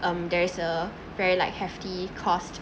um there is uh very like hefty cost